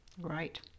Right